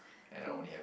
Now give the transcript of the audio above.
cool